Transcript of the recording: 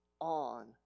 on